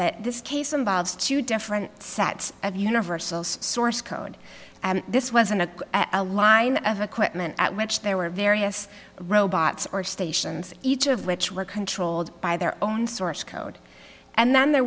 that this case involves two different sets of universal's source code this wasn't a a line of a quick moment at which there were various robots or stations each of which were controlled by their own source code and then there